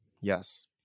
Yes